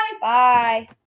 Bye